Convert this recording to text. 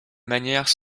manière